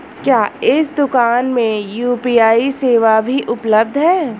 क्या इस दूकान में यू.पी.आई सेवा भी उपलब्ध है?